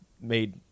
made